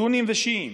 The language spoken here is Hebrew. סונים ושיעים,